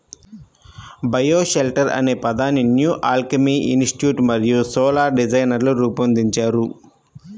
bioshelter అనే పదాన్ని new alchemy institute మరియు సోలార్ డిజైనర్లు రూపొందించారు